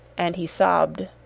and he sobbed.